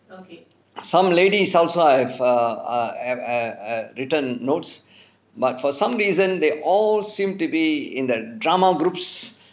some ladies also I have err err err written notes but for some reason they all seem to be in the drama groups